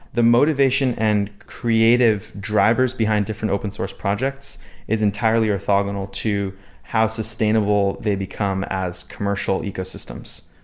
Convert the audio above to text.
the motivation and creative drivers behind different open source projects is entirely orthogonal to how sustainable they become as commercial ecosystems,